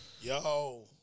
Yo